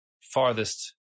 farthest